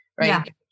right